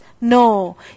No